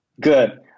Good